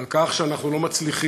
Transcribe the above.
על כך שאנחנו לא מצליחים